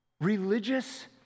Religious